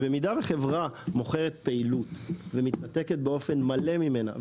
במידה וחברה מוכרת פעילות ומתנתקת באופן מלא ממנה,